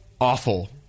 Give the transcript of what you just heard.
awful